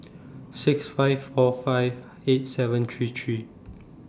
six five four five eight seven three three